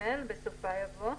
בסופה יבוא: